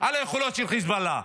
מול היכולות של חיזבאללה.